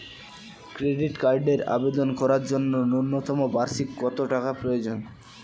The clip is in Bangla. ক্রেডিট কার্ডের আবেদন করার জন্য ন্যূনতম বার্ষিক কত টাকা প্রয়োজন?